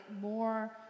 more